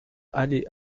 allée